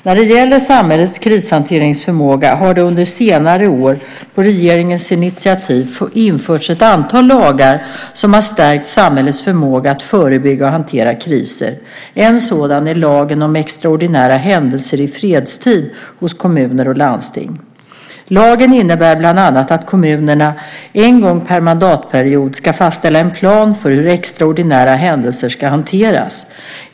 När det gäller samhällets krishanteringsförmåga har det under de senaste åren på regeringens initiativ införts ett antal lagar som har stärkt samhällets förmåga att förebygga och hantera kriser. En sådan är lagen om extraordinära händelser i fredstid hos kommuner och landsting. Lagen innebär bland annat att kommunerna en gång per mandatperiod ska fastställa en plan för hur extraordinära händelser ska hanteras.